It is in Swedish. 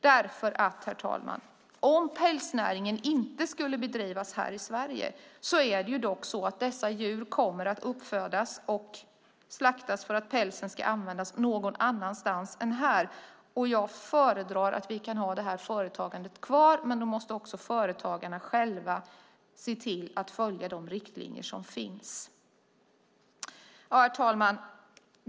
Därför att, herr talman, om pälsnäringen inte skulle bedrivas här i Sverige kommer dessa djur att födas upp och slaktas, för att pälsen ska användas, någon annanstans än här. Jag föredrar att vi kan ha det här företagandet kvar, men då måste också företagarna själva se till att följa de riktlinjer som finns. Herr talman!